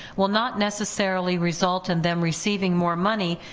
will not necessarily result in them receiving more money,